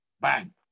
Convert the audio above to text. bang